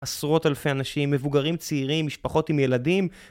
עשרות אלפי אנשים, מבוגרים צעירים, משפחות עם ילדים